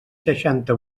seixanta